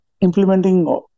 implementing